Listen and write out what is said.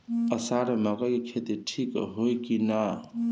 अषाढ़ मे मकई के खेती ठीक होई कि ना?